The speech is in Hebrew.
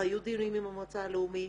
כבר היו דיונים עם המועצה הלאומית.